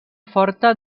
forta